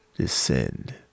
descend